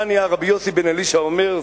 תניא רבי יוסי בן אלישע אומר,